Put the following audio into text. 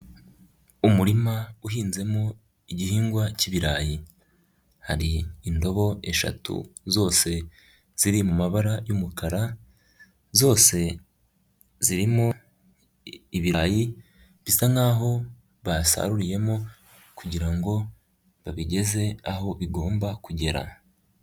Umurima uhinzemo igihingwa k'ibirayi hari indobo eshatu zose ziri mabara y'umukara zose zirimo ibirayi bisa nk'aho basaruriyemo, kugirango babigeze aho bigomba kugera.